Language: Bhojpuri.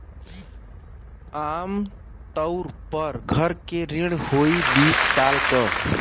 आम तउर पर घर के ऋण होइ बीस साल क